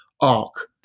arc